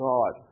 God